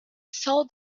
saw